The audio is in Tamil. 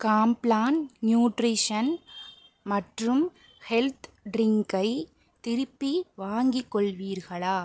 காம்ப்ளான் நியூட்ரிஷன் மற்றும் ஹெல்த் ட்ரிங்க்கை திருப்பி வாங்கிக் கொள்வீர்களா